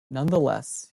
nonetheless